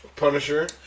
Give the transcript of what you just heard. Punisher